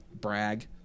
brag